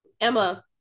Emma